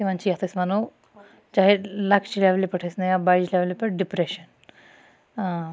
تِمَن چھِ یَتھ أسۍ وَنو چاہے لَکچہِ لیٚولہِ پٮ۪ٹھ ٲسِن یا بَجہِ لیٚولہِ پٮ۪ٹھ ڈپریٚشَن